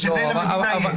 שזה למדינה יש.